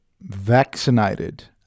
vaccinated